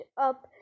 up